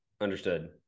Understood